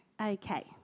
Okay